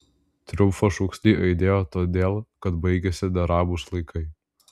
triumfo šūksniai aidėjo todėl kad baigėsi neramūs laikai